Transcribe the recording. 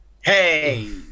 Hey